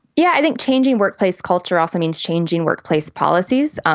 yeah, i think changing workplace culture also means changing workplace policies. um